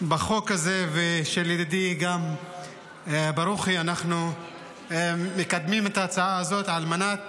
בחוק הזה גם של ידידי ברוכי אנחנו מקדמים את ההצעה הזאת על מנת